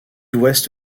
ouest